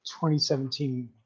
2017